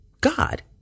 God